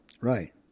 Right